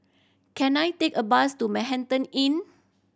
can I take a bus to Manhattan Inn